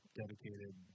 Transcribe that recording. dedicated